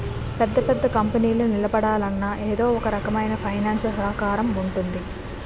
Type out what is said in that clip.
పెద్ద పెద్ద కంపెనీలు నిలబడాలన్నా ఎదో ఒకరకమైన ఫైనాన్స్ సహకారం ఉంటుంది